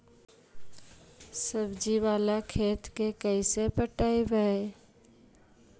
सब्जी बाला खेत के कैसे पटइबै?